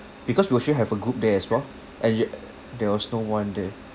because we actually have a group there as well and y~ there was no one there